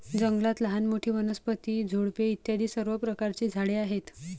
जंगलात लहान मोठी, वनस्पती, झुडपे इत्यादी सर्व प्रकारची झाडे आहेत